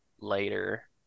later